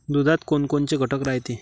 दुधात कोनकोनचे घटक रायते?